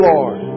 Lord